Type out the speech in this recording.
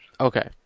okay